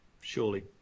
surely